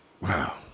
wow